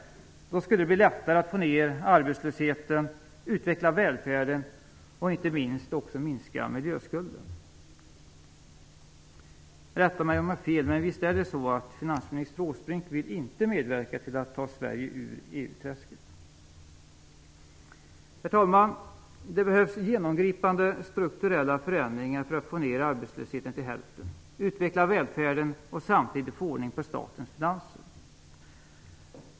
Då skulle det bli lättare att få ned arbetslösheten, utveckla välfärden och inte minst minska miljöskulden. Rätta mig om jag har fel, men visst är det så att finansminister Åsbrink inte vill medverka till att ta Herr talman! Det behövs genomgripande strukturella förändringar för att få ned arbetslösheten till hälften, utveckla välfärden och samtidigt få ordning på statens finanser.